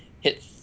hit